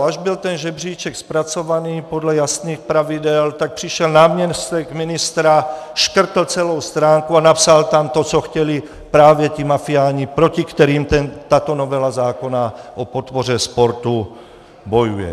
Až byl ten žebříček zpracovaný podle jasných pravidel, tak přišel náměstek ministra, škrtl celou stránku a napsal tam to, co chtěli právě ti mafiáni, proti kterým tato novela zákona o podpoře sportu bojuje.